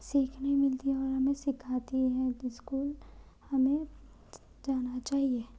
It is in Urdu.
سیکھنے ملتی ہے اور ہمیں سکھاتی ہے اسکول ہمیں جانا چاہیے